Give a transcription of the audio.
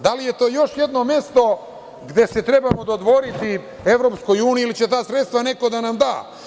Da li je to još jedno mesto gde se trebamo dodvoriti EU ili će ta sredstva neko da nam da.